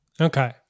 Okay